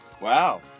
Wow